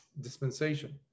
dispensation